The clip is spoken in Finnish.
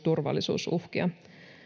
turvallisuusuhkia